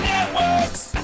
Networks